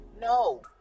No